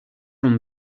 from